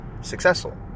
successful